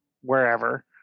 wherever